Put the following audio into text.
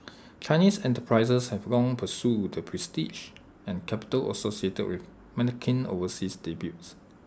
Chinese enterprises have long pursued the prestige and capital associated with overseas debuts